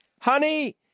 honey